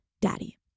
daddy